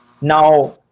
Now